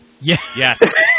Yes